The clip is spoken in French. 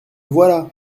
voilà